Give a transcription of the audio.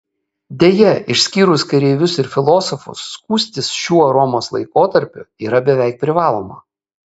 deja išskyrus kareivius ir filosofus skustis šiuo romos laikotarpiu yra beveik privaloma